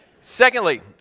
Secondly